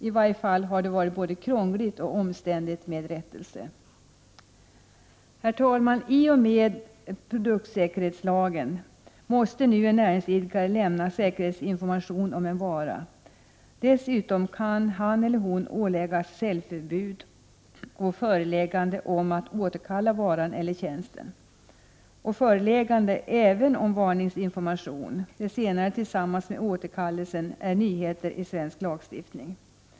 I varje fall har det varit både krångligt och omständligt att få rättelse. Herr talman! I och med produktsäkerhetslagen måste nu en näringsidkare lämna säkerhetsinformation om en vara. Dessutom kan han eller hon åläggas säljförbud och föreläggande om att återkalla varan eller tjänsten och även åläggas föreläggande om varningsinformation. Det senare och regeln om återkallelse är nyheter i svensk lagstiftning.